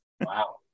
Wow